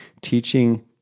teaching